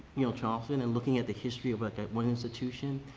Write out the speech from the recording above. you know, charleston, and looking at the history about that one institution,